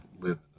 live